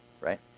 right